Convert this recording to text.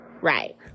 right